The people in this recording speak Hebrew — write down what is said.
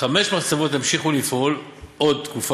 חמש מחצבות ימשיכו לפעול עוד תקופה